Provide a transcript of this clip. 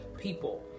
people